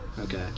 Okay